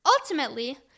Ultimately